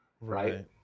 right